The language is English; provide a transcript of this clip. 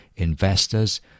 Investors